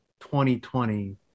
2020